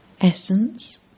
Essence